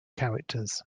characters